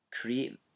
create